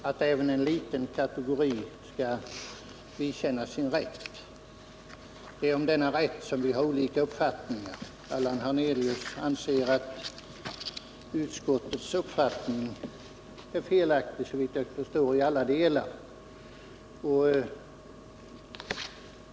Herr talman! Det är uppenbart att även en liten kategori skall vidkännas sin rätt. Det är om denna rätt vi har olika uppfattningar. Allan Hernelius anser att utskottets uppfattning är felaktig, såvitt jag förstår i alla delar.